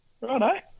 Right